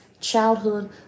childhood